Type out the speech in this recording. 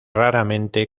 raramente